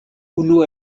unu